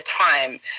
time